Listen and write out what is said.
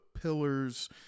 pillars